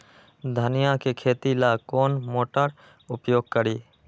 धनिया के खेती ला कौन मोटर उपयोग करी?